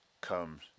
comes